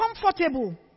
comfortable